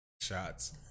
shots